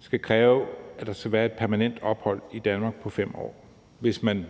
skal kræve, at der skal være et permanent ophold i Danmark på 5 år. Hvis man